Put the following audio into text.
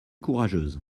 courageuse